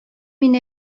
мин